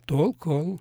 tol kol